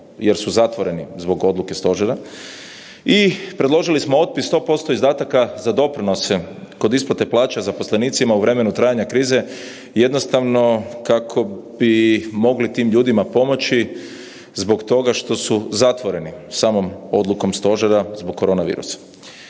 jer su zatvoreni zbog odluke stožera i predložili smo otpis 100% izdataka za doprinose kod isplate plaća zaposlenicima u vremenu trajanja krize jednostavno kako bi mogli tim ljudima pomoći zbog toga što su zatvoreni samom odlukom stožera zbog korona virusa.